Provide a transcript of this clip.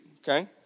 okay